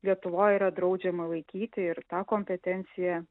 lietuvoj yra draudžiama laikyti ir tą kompetenciją